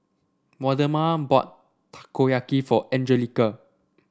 Waldemar bought Takoyaki for Angelica